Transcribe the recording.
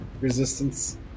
resistance